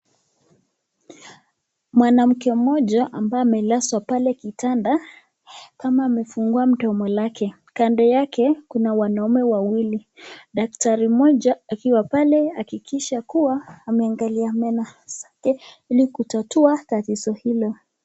Mwanamke mmoja ambaye amelazwa pale kitanda kama amefungua mdomo lake. Kando yake kuna wanaume wawili. Daktari mmoja akiwa pale akihakikisha kuwa ameangalia zake ili kutatua tatizo hilo.